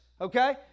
Okay